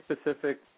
specific